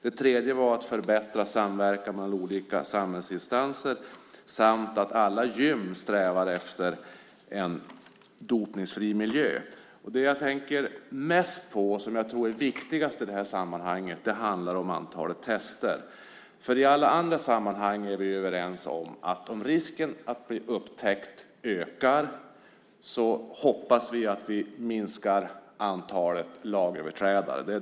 Det tredje var att förbättra samverkan mellan olika samhällsinstanser. De fjärde var att alla gym ska sträva efter en dopningsfri miljö. Det jag tänker mest på och tror är viktigast i sammanhanget är antalet tester. I alla andra sammanhang är vi överens om och hoppas att antalet lagöverträdare minskar om risken att bli upptäckt ökar.